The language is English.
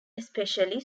especially